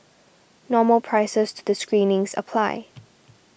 normal prices to the screenings apply